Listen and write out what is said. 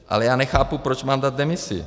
Ale já nechápu, proč mám dát demisi.